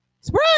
Spread